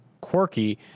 quirky